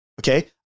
okay